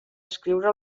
escriure